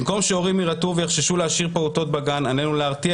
במקום שהורים יירתעו ויחששו להשאיר פעוטות בגן עלינו להרתיע